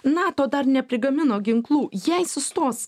nato dar neprigamino ginklų jei sustos